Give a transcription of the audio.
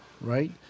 Right